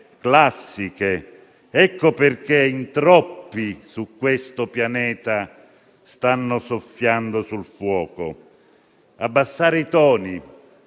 classiche. Ecco perché in troppi su questo pianeta stanno soffiando sul fuoco. Occorre abbassare i toni: